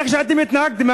איך שאתם התנהגתם,